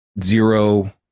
zero